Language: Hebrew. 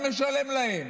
מי משלם להם?